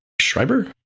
Schreiber